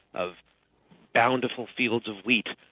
of bountiful fields of wheat,